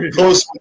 close